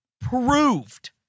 proved